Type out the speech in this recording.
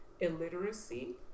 illiteracy